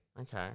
okay